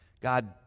God